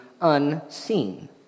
unseen